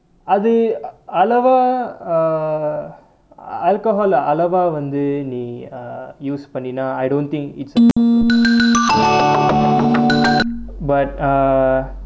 அது அளவா:athu alavaa err alcohol அளவா வந்து நீ:alavaa vanthu nee err use பண்ணினா:panninaa I don't think it's but err